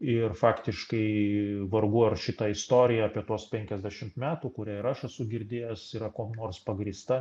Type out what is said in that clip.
ir faktiškai vargu ar šitą istoriją apie tuos penkiasdešimt metų kurią ir aš esu girdėjęs yra kuom nors pagrįsta